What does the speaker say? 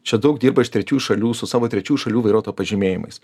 čia daug dirba iš trečiųjų šalių su savo trečių šalių vairuotojo pažymėjimais